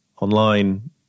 online